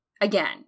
Again